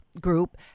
group